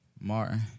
Martin